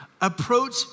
approach